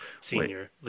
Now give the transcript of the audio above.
senior